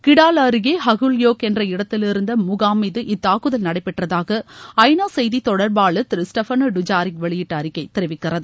Kidal அருகே Aguelhok என்ற இடத்திலிருந்த முகாம்மீது இத்தாக்குதல் நடைபெற்றதாக ஐநா செய்தி தொடர்பாளர் திரு ஸ்டெஃபானே டுஜாரிக் வெளியிட்ட அறிக்கை தெரிவிக்கிறது